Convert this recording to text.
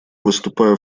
выступаю